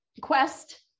quest